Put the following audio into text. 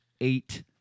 eight